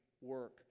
work